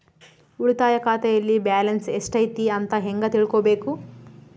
ಉಳಿತಾಯ ಖಾತೆಯಲ್ಲಿ ಬ್ಯಾಲೆನ್ಸ್ ಎಷ್ಟೈತಿ ಅಂತ ಹೆಂಗ ತಿಳ್ಕೊಬೇಕು?